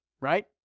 right